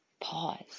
pause